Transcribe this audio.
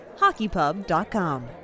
HockeyPub.com